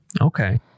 Okay